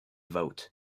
vote